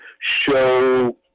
show